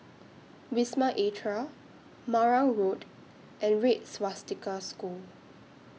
Wisma Atria Marang Road and Red Swastika School